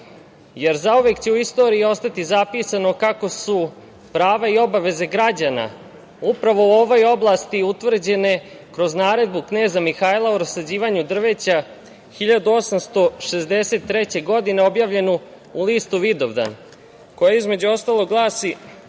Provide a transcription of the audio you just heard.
jer zauvek će u istoriji ostati zapisano kako su prava i obaveze građana upravo u ovoj oblasti utvrđene kroz naredbu kneza Mihaila o rasađivanju drveća 1863. godine, objavljenu u listu „Vidovdan“, koji između ostalog glasi: